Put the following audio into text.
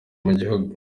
mugihugu